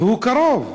והוא קרוב.